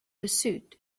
pursuit